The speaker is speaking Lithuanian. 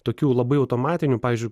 tokių labai automatinių pavyzdžiui